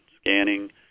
scanning